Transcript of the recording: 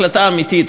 החלטה אמיתית,